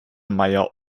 meyer